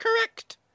correct